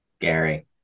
Gary